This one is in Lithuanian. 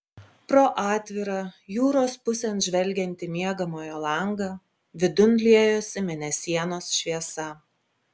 pro atvirą jūros pusėn žvelgiantį miegamojo langą vidun liejosi mėnesienos šviesa